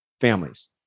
families